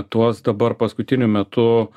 tuos dabar paskutiniu metu